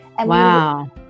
Wow